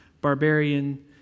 barbarian